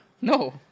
No